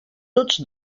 tots